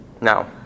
Now